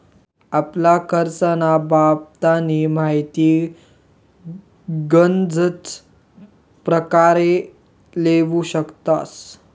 आपला करजंना बाबतनी माहिती गनच परकारे लेवू शकतस